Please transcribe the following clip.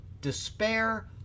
despair